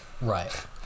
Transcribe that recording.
Right